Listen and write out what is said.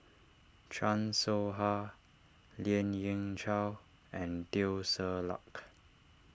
Chan Soh Ha Lien Ying Chow and Teo Ser Luck